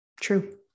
true